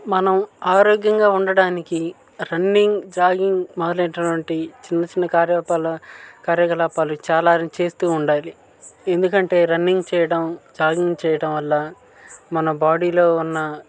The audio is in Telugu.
మనం ఆరోగ్యంగా ఉండడానికి రన్నింగ్ జాగింగ్ మొదలైనటువంటి చిన్నచిన్న కార్యపాల కార్యకలాపాలు చాలా చేస్తూ ఉండాలి ఎందుకంటే రన్నింగ్ చేయడం జాగింగ్ చేయడం వల్ల మన బాడీలో ఉన్న